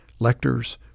lectors